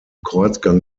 kreuzgang